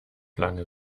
lange